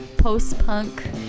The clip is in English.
post-punk